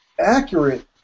accurate